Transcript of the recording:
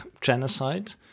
genocide